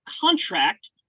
contract